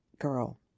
Girl